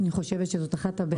אני חושבת שזאת אחת הבעיות.